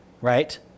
right